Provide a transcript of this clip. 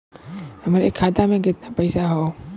हमरे खाता में कितना पईसा हौ?